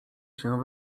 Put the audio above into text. się